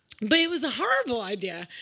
but it was a horrible idea.